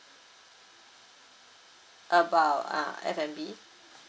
about ah F&B